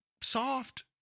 soft